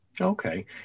Okay